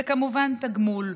וכמובן תגמול.